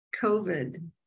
COVID